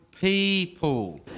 people